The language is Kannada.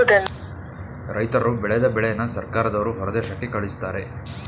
ರೈತರ್ರು ಬೆಳದ ಬೆಳೆನ ಸರ್ಕಾರದವ್ರು ಹೊರದೇಶಕ್ಕೆ ಕಳಿಸ್ತಾರೆ